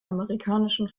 amerikanischen